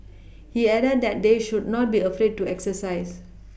he added that they should not be afraid to exercise